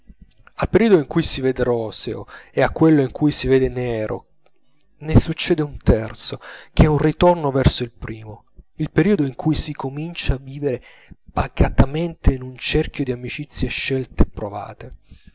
al periodo in cui si vede roseo e a quello in cui si vede nero ne succede un terzo che è un ritorno verso il primo il periodo in cui si comincia a vivere pacatamente in un cerchio d'amicizie scelte e provate